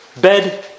bed